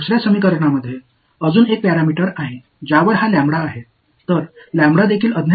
மேலும் இரண்டாவது சமன்பாட்டில் இன்னும் ஒரு பாராமீட்டர் இருப்பதை நான் கவனிக்கிறேன் அதில் இந்த பையன் லாம்ப்டா இருக்கிறார்